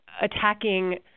attacking